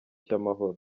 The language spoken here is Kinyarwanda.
cy’amahoro